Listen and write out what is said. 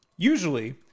Usually